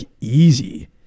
easy